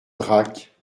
drac